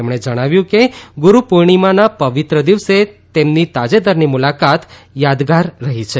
તેમણે કહ્યું કે ગુરૂ પૂર્ણિમાના પવિત્ર દિવસે તેમની તાજેતરની મુલાકાત યાદગાર રહી છે